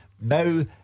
now